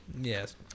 Yes